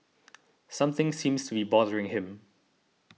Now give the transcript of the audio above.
something seems to be bothering him